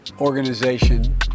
organization